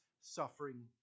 suffering